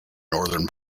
northern